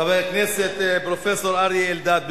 חבר הכנסת פרופסור אריה אלדד,